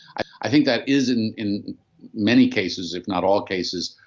i think that isn't in many cases, if not all cases,